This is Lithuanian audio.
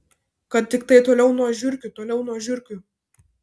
kad tiktai toliau nuo žiurkių toliau nuo žiurkių